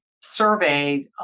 surveyed